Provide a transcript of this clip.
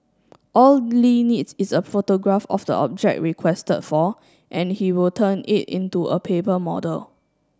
all Li needs is a photograph of the object requested for and he will turn it into a paper model